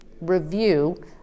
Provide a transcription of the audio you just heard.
review